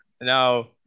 now